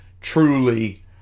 truly